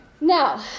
now